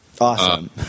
Awesome